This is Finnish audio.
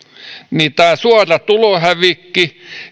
tämä suora tulohävikki